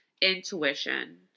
intuition